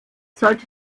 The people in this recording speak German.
sollte